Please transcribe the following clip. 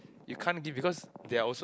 you can't give because they are also